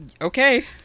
Okay